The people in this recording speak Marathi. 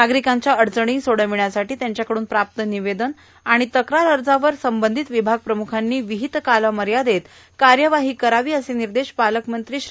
नागरिकांच्या अडचणी सोडविण्यासाठी त्यांच्याकडून प्राप्त निवेदन तकार अर्जावर संबंधित विभाग प्रमुखांनी विहित कालमयादित कार्यवाही करावी असे निर्देश पालकमंत्री श्री